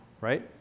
right